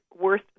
worth